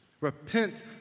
Repent